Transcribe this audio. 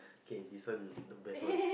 okay listen the best one